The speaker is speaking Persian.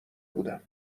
بودم